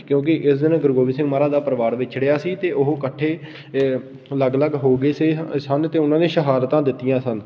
ਕਿਉਂਕਿ ਇਸ ਦਿਨ ਗੁਰੂ ਗੋਬਿੰਦ ਸਿੰਘ ਮਹਾਰਾਜ ਦਾ ਪਰਿਵਾਰ ਵਿਛੜਿਆ ਸੀ ਅਤੇ ਉਹ ਇਕੱਠੇ ਅਲੱਗ ਅਲੱਗ ਹੋ ਗਏ ਸੀ ਸਨ ਅਤੇ ਉਹਨਾਂ ਨੇ ਸ਼ਹਾਦਤਾਂ ਦਿੱਤੀਆਂ ਸਨ